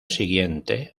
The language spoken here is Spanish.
siguiente